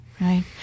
right